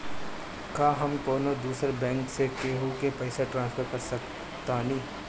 का हम कौनो दूसर बैंक से केहू के पैसा ट्रांसफर कर सकतानी?